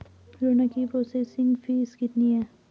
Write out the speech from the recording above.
ऋण की processing fees कितनी है?